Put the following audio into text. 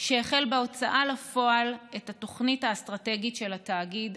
והוא החל בהוצאה לפועל של התוכנית האסטרטגית של התאגיד,